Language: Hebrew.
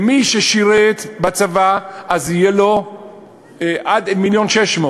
מי ששירת בצבא אז יהיה לו עד 1.6 מיליון,